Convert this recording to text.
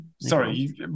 sorry